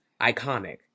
Iconic